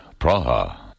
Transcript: Praha